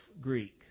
Greek